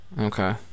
Okay